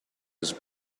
his